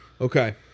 okay